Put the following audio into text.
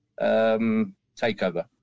takeover